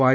Y